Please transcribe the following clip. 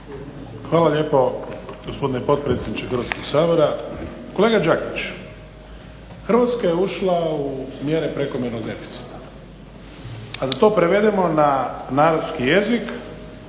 Hvala lijepo gospodine potpredsjedniče Hrvatskoga sabora. Kolega Đakić, Hrvatska je ušla u mjere prekomjernog deficita a da to prevedemo na narodski jezik